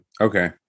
Okay